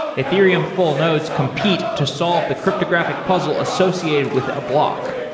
ethereum full nodes compete to solve the cryptographic puzzle associated with a block,